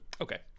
Okay